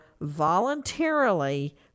voluntarily